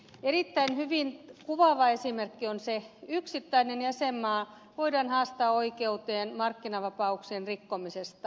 erittäin hyvin kuvaava esimerkki on se että yksittäinen jäsenmaa voidaan haastaa oikeuteen markkinavapauksien rikkomisesta